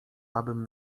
abym